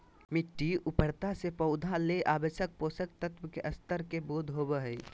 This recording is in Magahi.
मिटटी उर्वरता से पौधा ले आवश्यक पोषक तत्व के स्तर के बोध होबो हइ